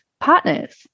partners